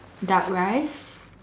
duck rice